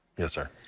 yes, sir.